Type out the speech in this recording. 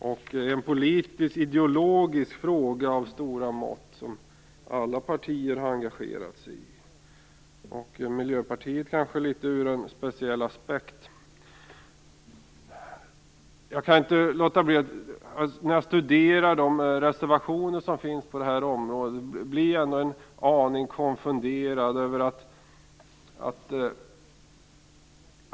Det här är en politisk-ideologisk fråga av stora mått som alla partier har engagerat sig i - Miljöpartiet kanske från en litet speciell aspekt. När jag studerar reservationerna på detta område blir jag en aning konfunderad.